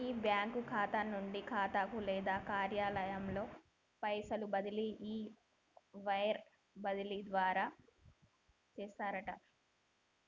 ఒక బ్యాంకు ఖాతా నుండి ఖాతాకు లేదా కార్యాలయంలో పైసలు బదిలీ ఈ వైర్ బదిలీ ద్వారా చేస్తారట